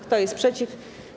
Kto jest przeciw?